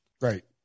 Right